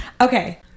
okay